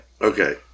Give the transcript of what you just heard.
Okay